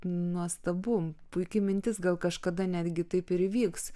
nuostabu puiki mintis gal kažkada netgi taip ir vyks